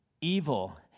evil